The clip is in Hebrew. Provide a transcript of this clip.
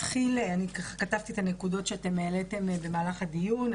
כתבתי את הנקודות שאתם העליתם במהלך הדיון.